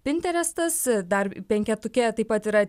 pinterestas dar penketuke taip pat yra